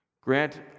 Grant